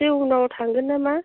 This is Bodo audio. दसे उनाव थांगोन ना मा